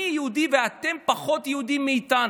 אני יהודי, ואתם פחות יהודים מאיתנו.